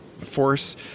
force